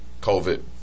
COVID